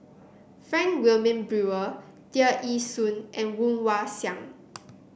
Frank Wilmin Brewer Tear Ee Soon and Woon Wah Siang